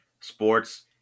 sports